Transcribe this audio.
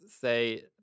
say